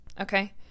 okay